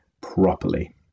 properly